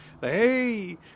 Hey